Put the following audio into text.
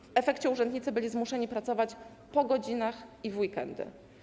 W efekcie urzędnicy byli zmuszeni pracować po godzinach i w weekendy.